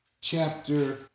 chapter